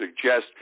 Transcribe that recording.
suggest